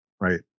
Right